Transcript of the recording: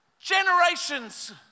generations